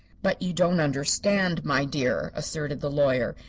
but you don't understand, my dear, asserted the lawyer.